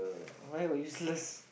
why will useless